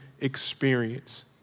experience